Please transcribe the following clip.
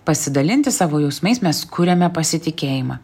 pasidalinti savo jausmais mes kuriame pasitikėjimą